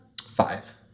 Five